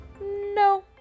no